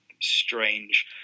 strange